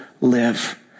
live